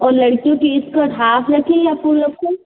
और लड़कीयों की स्कर्ट हाफ रखें या फुल रखूँ